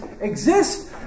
exist